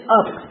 up